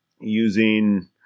using